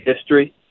history